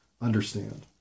understand